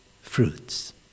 fruits